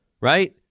right